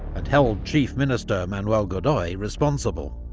and held chief minister manuel godoy responsible.